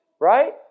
right